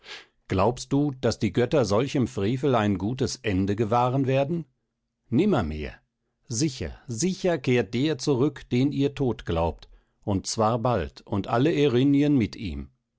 glaubst du daß die götter solchem frevel ein gutes ende gewahren werden nimmermehr sicher sicher kehrt der zurück den ihr tot glaubt und zwar bald und alle erinnyen mit ihm